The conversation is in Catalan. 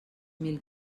mil